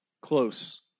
close